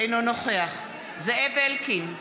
אינו נוכח זאב אלקין,